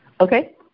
Okay